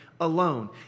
alone